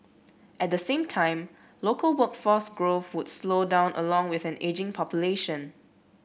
at the same time local workforce growth would slow down along with an ageing population